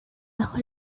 bajo